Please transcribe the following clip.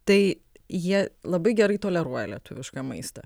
tai jie labai gerai toleruoja lietuvišką maistą